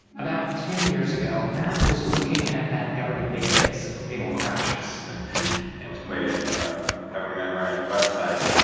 about ten years ago, matt was looking at that government database of fatal crashes integrated government-run website.